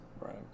Right